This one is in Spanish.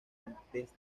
antes